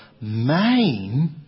main